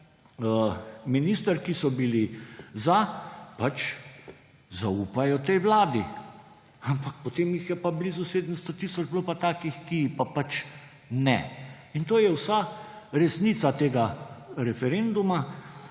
minister, ki so bili za, pač zaupa tej vladi. Ampak potem jih je bilo pa blizu 700 tisoč takih, ki ji pač ne. In to je vsa resnica tega referenduma.